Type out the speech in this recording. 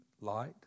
Light